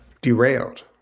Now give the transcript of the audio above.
derailed